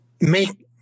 make